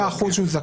100% הוא הכפל.